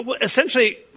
essentially